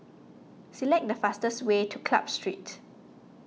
select the fastest way to Club Street